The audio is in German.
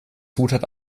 zutat